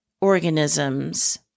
organisms